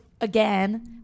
again